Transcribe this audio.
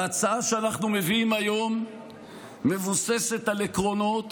ההצעה שאנחנו מביאים היום מבוססת על עקרונות